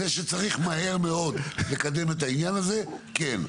זה שצריך מהר מאוד לקדם את העניין הזה, כן.